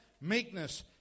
meekness